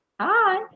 Hi